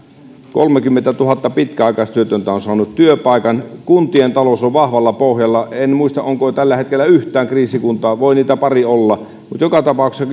kolmekymmentätuhatta pitkäaikaistyötöntä on saanut työpaikan kuntien talous on vahvalla pohjalla en muista onko tällä hetkellä yhtään kriisikuntaa voi niitä pari olla mutta joka tapauksessa